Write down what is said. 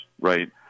right